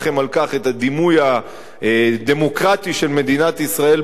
את הדימוי הדמוקרטי של מדינת ישראל בעולם,